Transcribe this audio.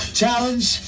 challenge